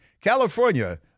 California